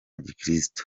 gikristu